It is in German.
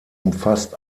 umfasst